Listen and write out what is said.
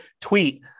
tweet